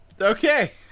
Okay